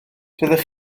doeddech